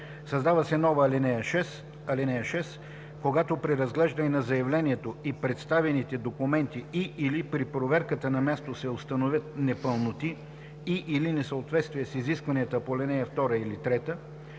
Създава се нова ал. 6: „(6) Когато при разглеждане на заявлението и представените документи и/или при проверката на място се установят непълноти и/или несъответствия с изискванията на ал. 2 или 3,